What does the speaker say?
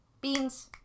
Beans